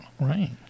Right